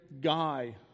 guy